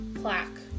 plaque